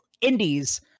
indies—